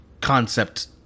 concept